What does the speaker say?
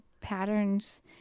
patterns